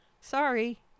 Sorry